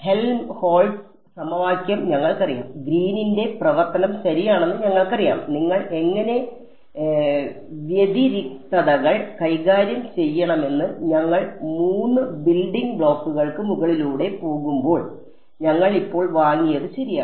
Helmholtz സമവാക്യം ഞങ്ങൾക്കറിയാം ഗ്രീനിന്റെ പ്രവർത്തനം ശരിയാണെന്ന് ഞങ്ങൾക്കറിയാം നിങ്ങൾ എങ്ങനെ വ്യതിരിക്തതകൾ കൈകാര്യം ചെയ്യണമെന്ന് ഞങ്ങൾ മൂന്ന് ബിൽഡിംഗ് ബ്ലോക്കുകൾക്ക് മുകളിലൂടെ പോകുമ്പോൾ ഞങ്ങൾ ഇപ്പോൾ വാങ്ങിയത് ശരിയാണ്